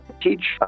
teach